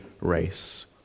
race